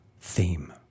theme